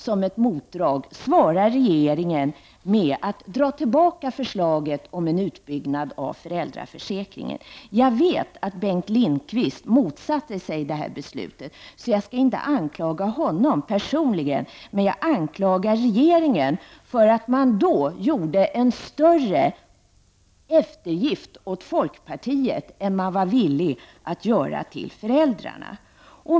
Som ett motdrag svarade regeringen med att dra tillbaka förslaget om en utbyggnad av föräldraförsäkringen. Jag vet att Bengt Lindqvist motsatte sig detta. Jag skall inte anklaga honom personligen, men jag anklagar regeringen för att den gjorde en större eftergift åt folkpartiet än den var villig att göra åt föräldrarna.